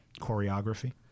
choreography